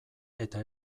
eta